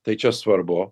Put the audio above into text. tai čia svarbu